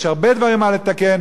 יש הרבה דברים לתקן,